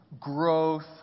growth